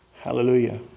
Hallelujah